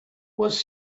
was